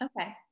Okay